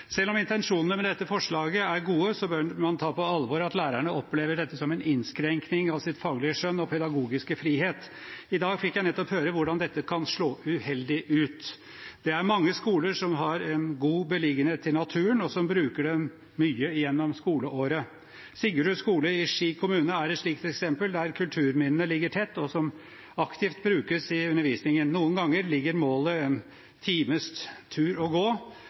Selv om intensjonene med dette forslaget er gode, bør man ta på alvor at lærerne opplever dette som en innskrenkning av sitt faglige skjønn og sin pedagogiske frihet. I dag fikk jeg nettopp høre hvordan dette kan slå uheldig ut. Det er mange skoler som har en god beliggenhet i naturen, og som bruker den mye gjennom skoleåret. Siggerud skole i Ski kommune er et slikt eksempel, der kulturminnene ligger tett, noe som aktivt brukes i undervisningen. Noen ganger ligger målet en times